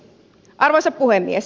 arvoisa puhemies